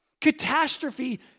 Catastrophe